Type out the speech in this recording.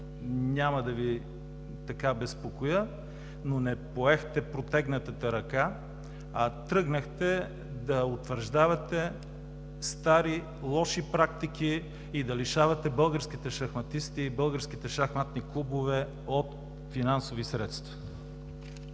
няма да Ви безпокоя, но не поехте протегнатата ръка, а тръгнахте да утвърждавате стари лоши практики и да лишавате българските шахматисти и българските шахматни клубове от финансови средства.